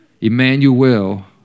Emmanuel